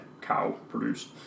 Cow-produced